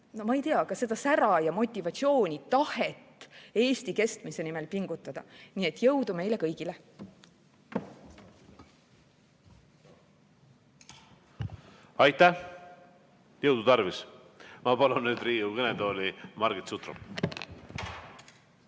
ma ei tea, ka seda sära ja motivatsiooni, tahet Eesti kestmise nimel pingutada. Nii et jõudu meile kõigile! Aitäh! Jõudu tarvis. Ma palun nüüd Riigikogu kõnetooli Margit Sutropi.